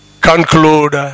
conclude